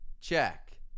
check